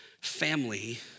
family